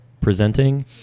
presenting